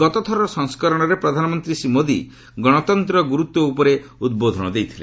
ଗତଥରର ସଂସ୍କରଣରେ ପ୍ରଧାନମନ୍ତ୍ରୀ ଶ୍ରୀ ମୋଦି ଗଣତନ୍ତ୍ରର ଗୁରୁତ୍ୱ ଉପରେ ଉଦ୍ବୋଧନ ଦେଇଥିଲେ